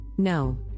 No